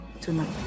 tonight